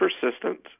persistent